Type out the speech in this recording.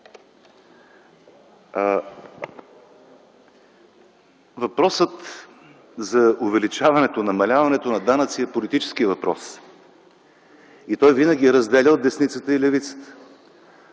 Въпросът за увеличаването и намаляването на данъци е политически въпрос и той винаги е разделял десницата и левицата.